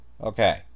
Okay